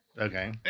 Okay